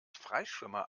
freischwimmer